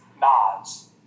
Nods